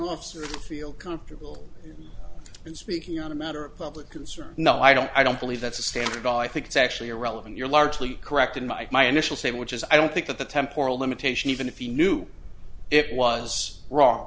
of feel comfortable in speaking on a matter of public concern no i don't i don't believe that's a standard i think it's actually irrelevant you're largely correct in my my initial say which is i don't think that the temporal limitation even if he knew it was wrong